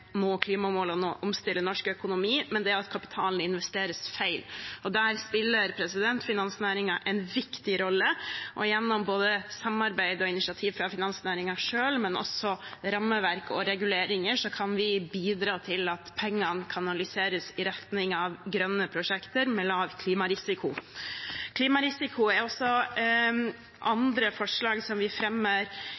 nå klimamålene og å omstille norsk økonomi, men det at kapitalen investeres feil. Der spiller finansnæringen en viktig rolle. Gjennom både samarbeid og initiativ fra finansnæringen selv og også gjennom rammeverk og reguleringer kan vi bidra til at pengene kanaliseres i retning av grønne prosjekter med lav klimarisiko. Andre forslag som vi fremmer i denne innstillingen, går bl.a. på klimarisiko,